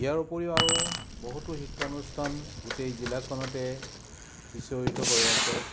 ইয়াৰ উপৰিও আৰু বহুতো শিক্ষানুস্থান গোটেই জিলাখনতে সিঁচৰতি হৈ আছে